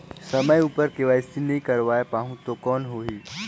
समय उपर के.वाई.सी नइ करवाय पाहुं तो कौन होही?